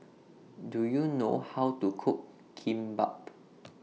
Do YOU know How to Cook Kimbap